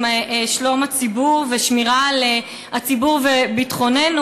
שלום הציבור ושמירה על הציבור וביטחוננו,